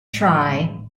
try